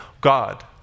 God